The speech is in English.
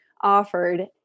offered